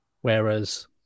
whereas